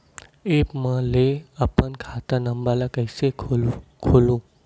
App म ले अपन खाता नम्बर कइसे खोलहु?